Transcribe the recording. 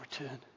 return